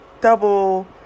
double